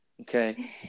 Okay